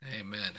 Amen